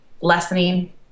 lessening